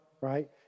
right